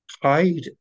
hide